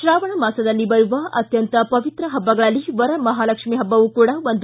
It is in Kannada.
ಶಾವಣ ಮಾಸದಲ್ಲಿ ಬರುವ ಅತ್ಯಂತ ಪವಿತ್ರ ಹಬ್ಬಗಳಲ್ಲಿ ವರ ಮಹಾಲಕ್ಷ್ಮ ಹಬ್ಬವೂ ಕೂಡಾ ಒಂದು